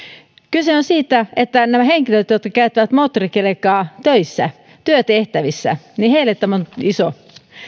on siitä että henkilöille jotka käyttävät moottorikelkkaa töissä työtehtävissä tämä on iso